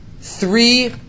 three